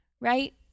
Right